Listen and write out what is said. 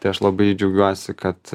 tai aš labai džiaugiuosi kad